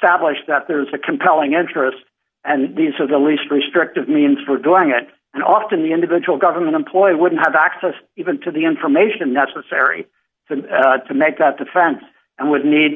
stablish that there is a compelling interest and these are the least restrictive means for doing it and often the individual government employee would have access even to the information necessary to make that defense and would need